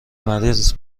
مرض